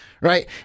right